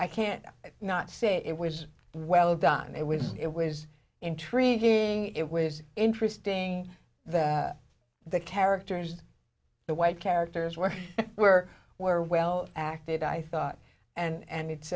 i can't not say it was well done it was it was intriguing it was interesting that the characters the white characters were were were well acted i thought and